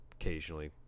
occasionally